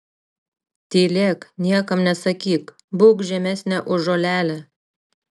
tylėk niekam nesakyk būk žemesnė už žolelę